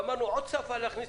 ואמרנו עוד שפה להכניס,